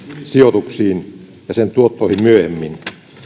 sijoituksiin ja sen tuottoihin myöhemmin